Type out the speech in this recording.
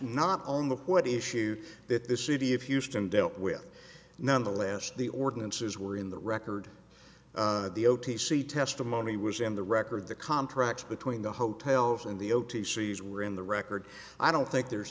not on the what issue that the city of houston dealt with nonetheless the ordinances were in the record the o t c testimony was in the record the contracts between the hotels and the o t series were in the record i don't think there's